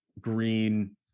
green